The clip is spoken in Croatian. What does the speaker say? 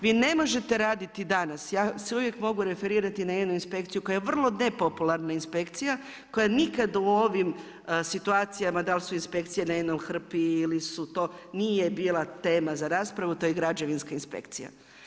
Vi ne možete raditi danas, ja se uvijek mogu referirati na jedu inspekciju koja je vrlo nepopularna inspekcija, koja nikad u ovim situacijama dal su inspekcije na jednoj hrpi ili su to, nije bila tema za raspravu to je građevinska inspekcija.